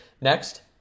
Next